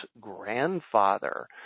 grandfather